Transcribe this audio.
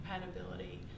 compatibility